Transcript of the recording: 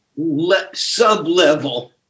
sublevel